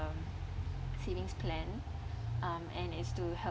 uh savings plan um and it's to help